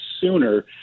sooner